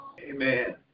Amen